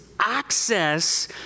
access